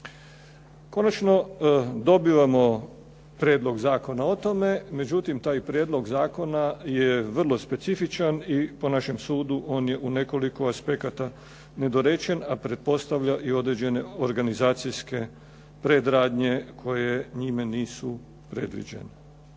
Konačno, dobivamo prijedlog zakona o tome, međutim taj prijedlog zakona je vrlo specifičan i po našem sudu on je u nekoliko aspekata nedorečen, a pretpostavlja i određene organizacijske predradnje koje njime nisu predviđene.